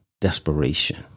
desperation